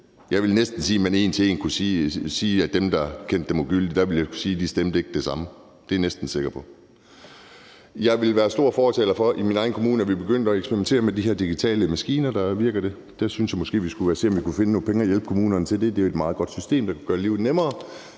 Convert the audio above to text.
Jeg vil næsten sige, at man en til en kan sige, at dem, der kendte dem ugyldige, ikke stemte det samme. Det er jeg næsten sikker på. Jeg vil være stor fortaler for i min egen kommune, at vi begynder at eksperimentere med de her digitale maskiner. Der virker det. Der synes jeg måske, at vi skulle se, om vi kunne finde nogle penge til at hjælpe kommunerne med det. Det er jo et meget godt system, der kunne gøre livet nemmere